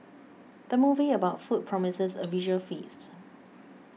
the movie about food promises a visual feast